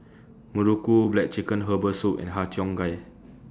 Muruku Black Chicken Herbal Soup and Har Cheong Gai